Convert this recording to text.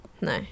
No